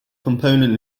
component